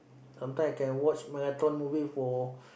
sometime I can watch marathon movie for